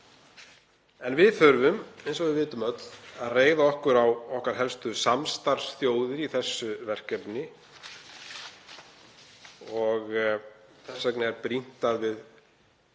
En við þurfum, eins og við vitum öll, að reiða okkur á okkar helstu samstarfsþjóðir í þessu verkefni og þess vegna er brýnt að við